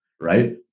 right